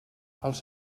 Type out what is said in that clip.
els